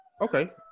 Okay